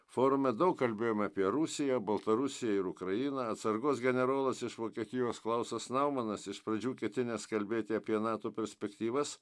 forume daug kalbėjome apie rusiją baltarusiją ir ukrainą atsargos generolas iš vokietijos klausas naumanas iš pradžių ketinęs kalbėti apie nato perspektyvas